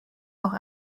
auch